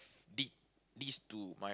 l~ list to my